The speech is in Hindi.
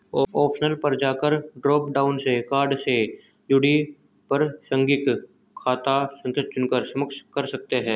ऑप्शन पर जाकर ड्रॉप डाउन से कार्ड से जुड़ी प्रासंगिक खाता संख्या चुनकर सक्षम कर सकते है